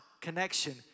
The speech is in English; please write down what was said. connection